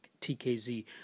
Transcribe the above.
TKZ